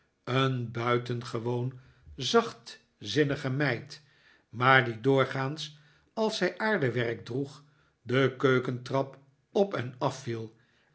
een buitengewoon zachtzinnige meid maar die doorgaans als zij aardewerk droeg de keukentrap op en afviel